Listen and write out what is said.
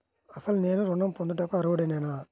అసలు నేను ఋణం పొందుటకు అర్హుడనేన?